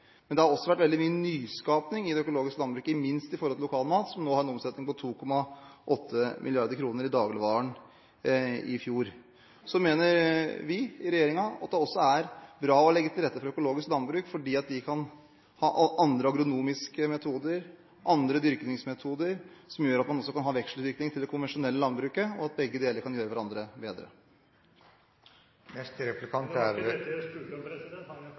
men det har også vært veldig mye nyskaping i det økologiske landbruket, ikke minst med tanke på lokal mat, som nå har en omsetning på 2,8 mrd. kr i dagligvarehandelen i fjor. Så mener vi i regjeringen at det også er bra å legge til rette for økologisk landbruk fordi det kan ha andre agronomiske metoder, andre dyrkningsmetoder, som gjør at man kan ha en vekseldyrking til det konvensjonelle landbruket, og at begge deler kan bidra til å gjøre hverandre bedre. Men det var ikke dette jeg spurte om, president.